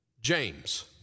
James